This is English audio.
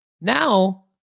now